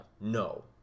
no